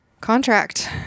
contract